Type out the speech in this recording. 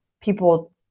people